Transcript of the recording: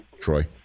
Troy